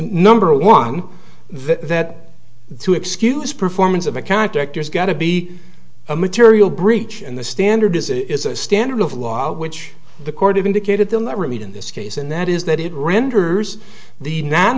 number one that to excuse performance of account directors got to be a material breach and the standard is it is a standard of law which the court of indicated they'll never meet in this case and that is that it renders the no